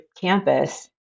campus